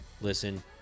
listen